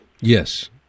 Yes